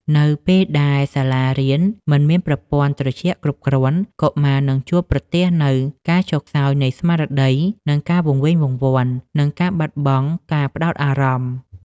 នៅពេលដែលសាលារៀនមិនមានប្រព័ន្ធត្រជាក់គ្រប់គ្រាន់ កុមារនឹងជួបប្រទះនូវការចុះខ្សោយនៃស្មារតី ការវង្វេងវង្វាន់ និងការបាត់បង់ការផ្តោតអារម្មណ៍។